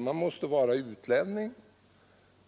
man måste vara utlänning.